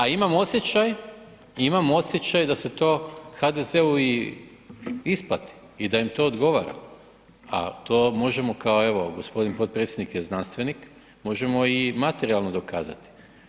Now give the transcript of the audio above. A imam osjećaj, imam osjećaj da se to HDZ-u i isplati i da im to odgovara, a to možemo kao evo gospodin potpredsjednik je znanstvenik, možemo i materijalno dokazati.